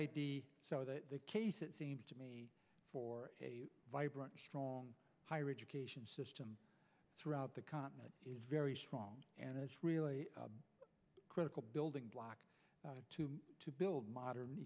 complaint so that the case it seems to me for a vibrant strong higher education system throughout the continent is very strong and it's really critical building block to to build modern